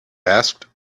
asked